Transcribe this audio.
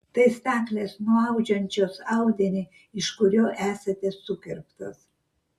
tai staklės nuaudžiančios audinį iš kurio esate sukirptos